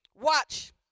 watch